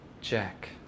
Jack